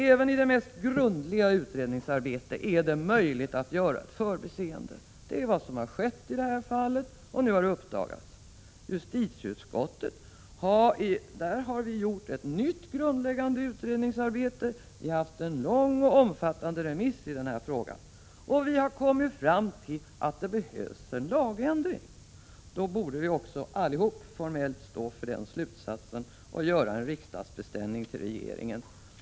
Även i det mest grundliga utredningsarbete är det möjligt att göra ett förbiseende. Det är vad som har skett i det här fallet, och nu har det uppdagats. Justiteutskottet har gjort ett nytt grundligt utredningsarbete. Vi har haft en lång och omfattande remiss i den här frågan och kommit fram till att det behövs en lagändring. Då borde vi också allihop formellt stå för den slutsatsen och göra en riksdagsbeställning till regeringen.